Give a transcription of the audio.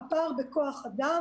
הפער בכוח אדם.